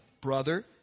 brother